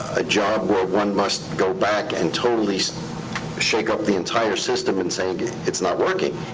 job where one must go back and totally so shake up the entire system and say it's not working.